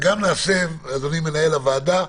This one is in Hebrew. אדוני מנהל הוועדה,